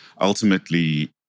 Ultimately